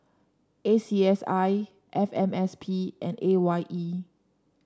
A C S I F M S P and A Y E